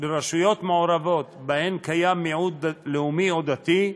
ברשויות מעורבות שבהן קיים מיעוט לאומי או דתי,